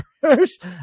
first